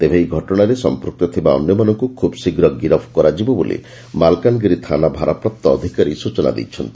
ତେବେ ଏହି ଘଟଣାରେ ସମ୍ମକ୍ତ ଥିବା ଅନ୍ୟମାନଙ୍କୁ ଖୁବ୍ ଶୀଘ୍ର ଗିରପ୍ କରାଯିବ ବୋଲି ମାଲକାନଗିରି ଥାନା ଭାରପ୍ରାପ୍ତ ଅଧିକାରୀ ସ୍ୟଚନା ଦେଇଛନ୍ତି